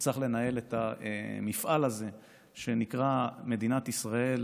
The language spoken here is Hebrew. שצריך לנהל את המפעל הזה שנקרא "מדינת ישראל"